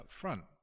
upfront